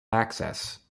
access